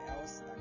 else